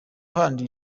kandi